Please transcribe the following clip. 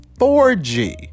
4G